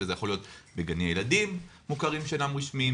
וזה יכול להיות בגני ילדים מוכרים שאינם רשמיים,